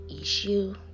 issue